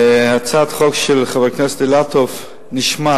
הצעת החוק של חבר הכנסת אילטוב נשמטה